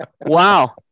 Wow